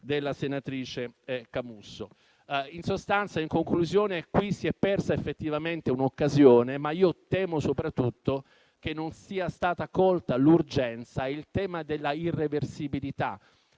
Camusso. In conclusione, qui si è persa effettivamente un'occasione, ma temo soprattutto che non siano stati colti l'urgenza e il tema della irreversibilità.